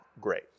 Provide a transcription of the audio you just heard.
great